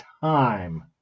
time